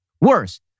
Worse